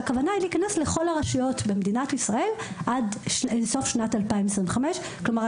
הכוונה היא להיכנס לכל הרשויות במדינת ישראל עד סוף שנת 2025. כלומר,